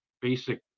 basic